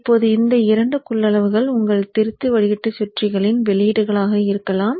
இப்போது இந்த 2 கொள்ளளவுகள் உங்கள் திருத்தி வடிகட்டி சுற்றுகளின் வெளியீடுகளாக இருக்கலாம்